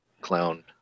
clown